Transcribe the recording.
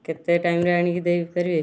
କେତେ ଟାଇମ୍ରେ ଆଣିକି ଦେଇପାରିବେ